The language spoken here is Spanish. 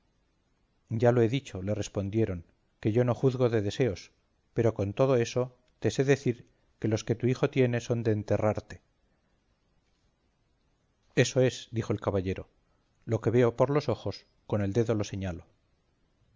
ya yo he dicho le respondieron que yo no juzgo de deseos pero con todo eso te sé decir que los que tu hijo tiene son de enterrarte eso es dijo el caballero lo que veo por los ojos con el dedo lo señalo